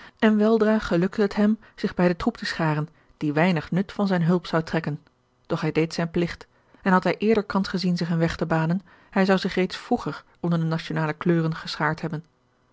en weldra gelukte het hem zich bij den troep te scharen die weinig nut van zijne hulp zou trekken doch hij deed zijn pligt en had hij eerder kans gezien zich een weg te banen hij zou zich reeds vroeger onder de nationale kleuren geschaard hebben